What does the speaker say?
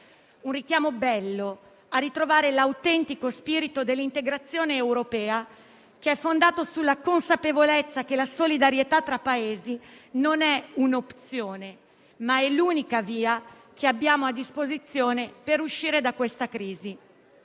un richiamo bello, a ritrovare l'autentico spirito dell'integrazione europea, che è fondato sulla consapevolezza che la solidarietà tra Paesi non è un'opzione, ma è l'unica via che abbiamo a disposizione per uscire da questa crisi.